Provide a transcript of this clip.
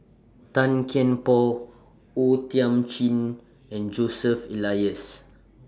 Tan Kian Por O Thiam Chin and Joseph Elias